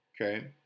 Okay